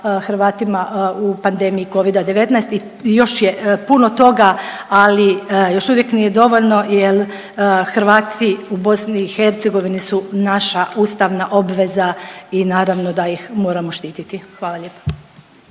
Hrvatima u pandemiji Covida-19 i još je puno toga, ali još uvijek nije dovoljno jer Hrvati u BiH su naša ustavna obveza i naravno da ih moramo štititi. Hvala lijepo.